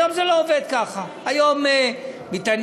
היום זה לא עובד ככה,